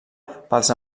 pels